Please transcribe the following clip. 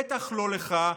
בטח לא לך,